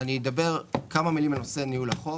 אני אומר כמה מילים על נושא ניהול החוב,